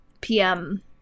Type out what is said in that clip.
PM